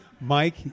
Mike